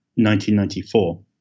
1994